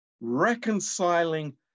reconciling